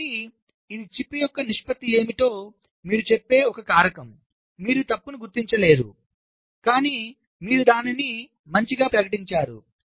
కాబట్టి ఇది చిప్ యొక్క నిష్పత్తి ఏమిటో మీరు చెప్పే ఒక కారకం మీరు తప్పును గుర్తించలేరు కానీ మీరు దానిని మంచిగా ప్రకటించారు